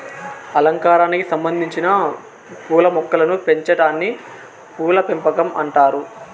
అలంకారానికి సంబందించిన పూల మొక్కలను పెంచాటాన్ని పూల పెంపకం అంటారు